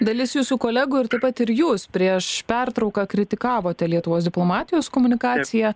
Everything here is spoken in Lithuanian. dalis jūsų kolegų ir taip pat ir jūs prieš pertrauką kritikavote lietuvos diplomatijos komunikaciją